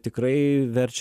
tikrai verčia